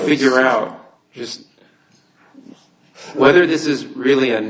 figure out just whether this is really an